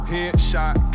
Headshot